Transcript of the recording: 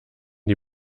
die